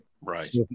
Right